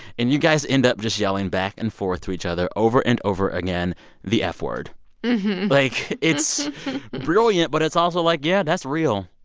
and you guys end up just yelling back and forth through each other over and over again the yeah f-word. like, it's brilliant, but it's also, like, yeah, that's real.